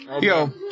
Yo